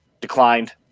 declined